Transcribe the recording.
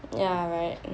ya right